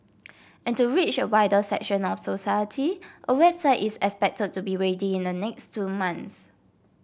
and to reach a wider section of society a website is expected to be ready in the next two months